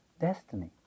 destiny